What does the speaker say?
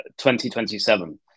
2027